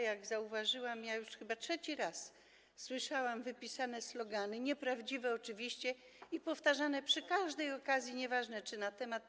Jak zauważyłam, już chyba trzeci raz słyszałam wypisane slogany, nieprawdziwe oczywiście i powtarzane przy każdej okazji, nieważne czy na temat, czy nie na temat.